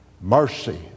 mercy